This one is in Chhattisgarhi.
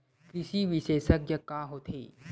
कृषि विशेषज्ञ का होथे?